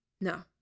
No